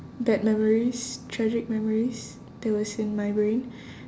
bad memories tragic memories that was in my brain